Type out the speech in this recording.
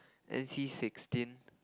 N_C sixteen